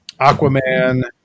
Aquaman